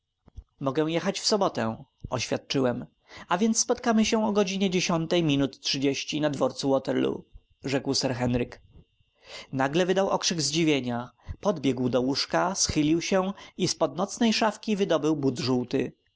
mogę jechać w sobotę oświadczyłem a więc spotkamy się o godzinie ej minut na dworcu waterloo rzekł sir henryk nagle wydał okrzyk zdziwienia podbiegł do łóżka schylił się i z pod nocnej szafki wydobył